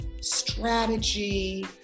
strategy